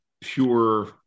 Pure